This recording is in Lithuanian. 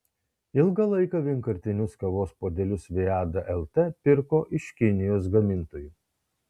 ilgą laiką vienkartinius kavos puodelius viada lt pirko iš kinijos gamintojų